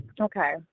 Okay